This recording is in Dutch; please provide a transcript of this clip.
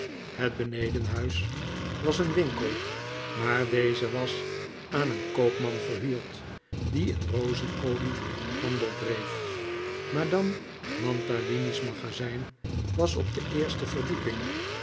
het benedenhuis was een winkel maar deze was aan een koopman verhuurd die in rozenolie handel dreef madame mantalini's magazijn was op de eerste verdieping